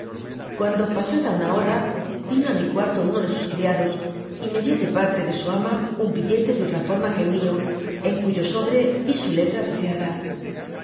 cuando pasada una hora vino á mi cuarto uno de sus criados y me dio de parte de su ama un billete de otra forma que el mió en cuyo sodbygoogk bre vi su letra descada